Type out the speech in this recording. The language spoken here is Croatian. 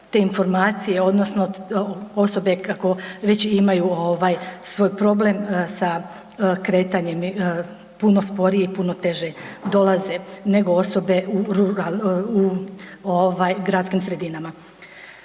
te informacije odnosno osobe kako već imaju svoj problem sa kretanjem, puno sporije i puno teže nego osobe u gradskim sredinama.